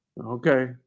Okay